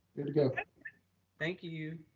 good to go. thank you.